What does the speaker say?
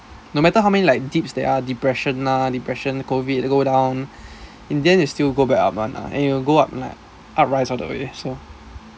like no matter how many like dips there are depression lah depression go a bit go down in the end it still go back up one lah and it will go up like up rise all the way so ya that's why